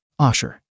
Osher